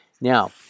Now